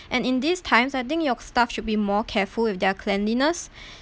and in these times I think your staff should be more careful with their cleanliness